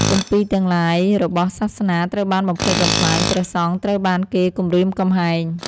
គម្ពីរទាំងឡាយបេស់សាសនាត្រូវបានបំផ្លិចបំផ្លាញ ព្រះសង្ឃត្រូវបានគេគំរាមកំហែង ។